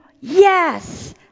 yes